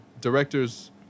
directors